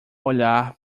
olhar